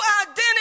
identity